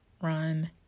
Run